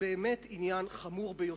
עניין חמור ביותר,